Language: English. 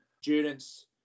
students